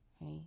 Right